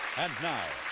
and now,